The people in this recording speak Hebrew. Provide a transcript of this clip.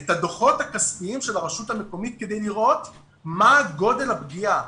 את הדוחות הכספיים של הרשות המקומית כדי לראות מה גודל הפגיעה,